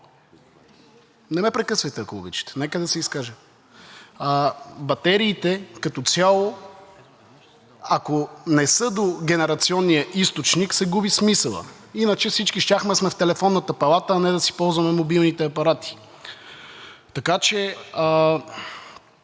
Не ме прекъсвайте, ако обичате, нека да се изкажа. Батериите като цяло, ако не са до генерационния източник, се губи смисълът, иначе всички щяхме да сме в Телефонната палата, а не да си ползваме мобилните апарати. Така че